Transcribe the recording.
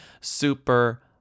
super